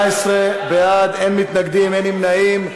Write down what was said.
18 בעד, אין מתנגדים, אין נמנעים.